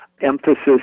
emphasis